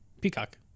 Peacock